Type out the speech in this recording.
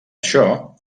això